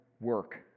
work